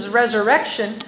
resurrection